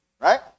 right